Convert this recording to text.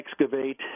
excavate